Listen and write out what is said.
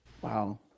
Wow